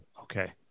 Okay